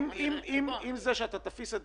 עם זה שאתה תפיס את